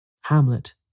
Hamlet